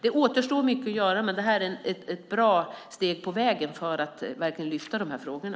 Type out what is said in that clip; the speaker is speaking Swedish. Det återstår mycket att göra men det här är ett bra steg på vägen för att verkligen lyfta fram de här frågorna.